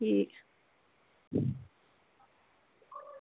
ठीक